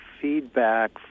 feedback